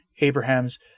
Abraham's